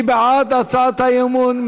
מי בעד הצעת האי-אמון?